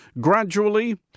gradually